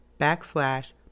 backslash